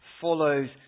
follows